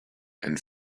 and